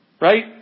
Right